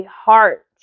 heart